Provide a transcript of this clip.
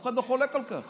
אף אחד לא חולק על כך.